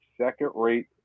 second-rate